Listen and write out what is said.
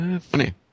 Funny